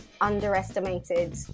underestimated